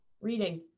Reading